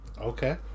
Okay